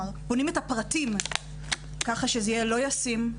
בונים את הפרטים ככה שזה יהיה לא ישים,